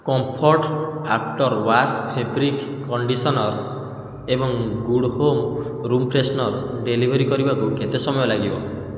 comfort after wash fabric conditioner ଏବଂ good home room freshener delivery କରିବାକୁ କେତେ ସମୟ ଲାଗିବ